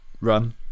run